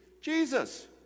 Jesus